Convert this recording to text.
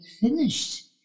finished